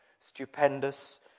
stupendous